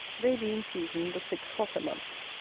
they be in season the six hotter months.